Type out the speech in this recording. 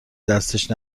دستش